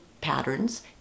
patterns